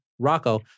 Rocco